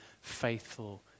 faithful